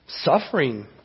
suffering